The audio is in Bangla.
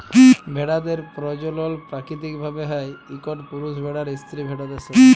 ভেড়াদের পরজলল পাকিতিক ভাবে হ্যয় ইকট পুরুষ ভেড়ার স্ত্রী ভেড়াদের সাথে